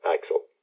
Axel